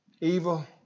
evil